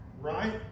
right